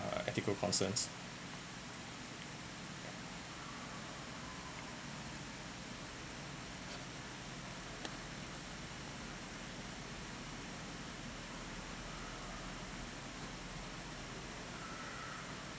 uh ethical concerns